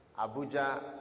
Abuja